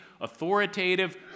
authoritative